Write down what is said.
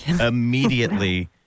immediately